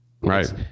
Right